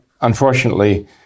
unfortunately